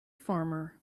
farmer